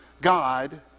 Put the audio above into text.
God